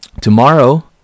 Tomorrow